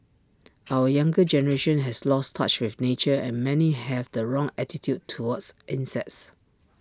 our younger generation has lost touch with nature and many have the wrong attitude towards insects